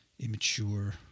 Immature